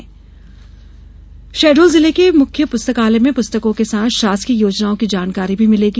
योजना प्रदर्शनी शहडोल जिले के मुख्य पुस्तकालय में पुस्तकों के साथ शासकीय योजनाओं की जानकारी भी मिलेगी